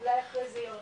אולי אחרי זה ירחיבו,